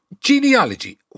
Genealogy